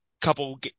couple